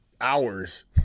hours